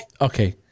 Okay